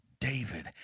David